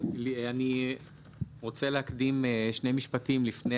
אני רוצה להקדים שני משפטים לפני